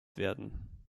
werden